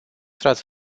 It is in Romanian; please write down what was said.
ați